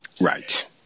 Right